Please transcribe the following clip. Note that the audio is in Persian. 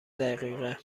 دقیقه